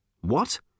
What